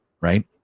right